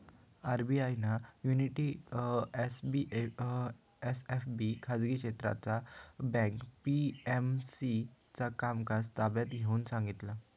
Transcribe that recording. RBI ना unity SFB खाजगी क्षेत्रातला बँक पी.एम.सी चा कामकाज ताब्यात घेऊन सांगितला